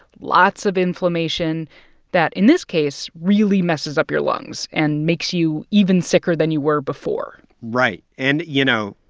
lots of inflammation that, in this case, really messes up your lungs and makes you even sicker than you were before right. and, you know,